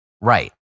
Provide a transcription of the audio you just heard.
Right